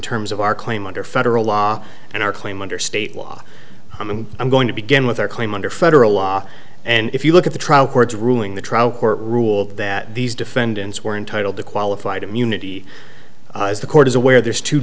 terms of our claim under federal law and our claim under state law and i'm going to begin with our claim under federal law and if you look at the trial court's ruling the trial court ruled that these defendants were entitled to qualified immunity the court is aware there's two